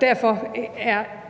Derfor er